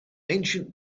ancient